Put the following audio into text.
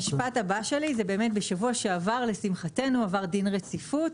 בשבוע שעבר, לשמחתנו, עבר דין רציפות.